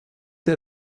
der